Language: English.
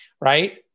right